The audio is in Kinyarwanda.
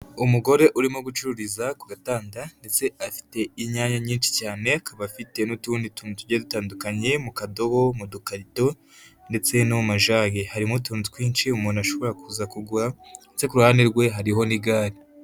Umugore urimo gucururiza ku gatanda ndetse afite inyanya nyinshi cyane, akaba afite n'utundi tuntu tugiye dutandukanye mu kadobo, mu dukarido ndetse no mu majage, harimo utuntu twinshi umuntu ashobora kuza kugura, ndetse ku ruhande rwe hariho n'igare.